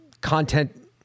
content